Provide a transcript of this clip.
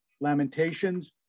Lamentations